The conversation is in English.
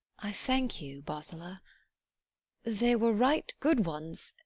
i thank you, bosola they were right good ones,